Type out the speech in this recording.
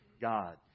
God